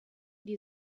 die